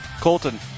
Colton